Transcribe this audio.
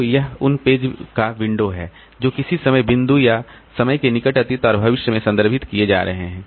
तो यह उन पेज की विंडो है जो किसी समय बिंदु या समय के निकट अतीत और भविष्य में संदर्भित किए जा रहे हैं